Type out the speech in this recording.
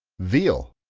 veal.